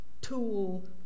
tool